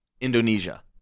Indonesia